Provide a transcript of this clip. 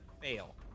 Fail